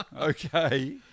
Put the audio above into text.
Okay